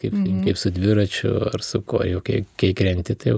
kaip kaip su dviraščiu ar su kuo jau kai kai krenti tai